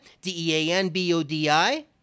D-E-A-N-B-O-D-I